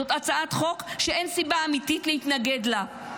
זאת הצעת חוק שאין סיבה אמיתית להתנגד לה.